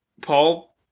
Paul